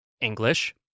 English